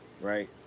right